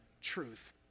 truth